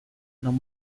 non